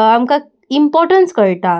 आमकां इम्पोर्टन्स कळटा